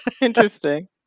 interesting